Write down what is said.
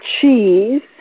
cheese